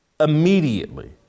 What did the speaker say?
Immediately